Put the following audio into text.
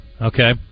Okay